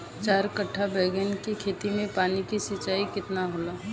चार कट्ठा बैंगन के खेत में पानी के सिंचाई केतना होला?